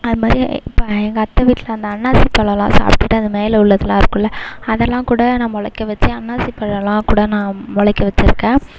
அது மாதிரி இப்போ எங்கள் அத்த வீட்டில் அந்த அன்னாசிப் பழமெலாம் சாப்பிட்டுட்டு அது மேலே உள்ளதெலாம் இருக்கில்ல அதெலாம் கூட நான் முளைக்க வைச்ச அன்னாசிப்பழமெலாம் கூட நான் முளைக்க வச்சுருக்கேன்